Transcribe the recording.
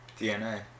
dna